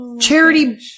Charity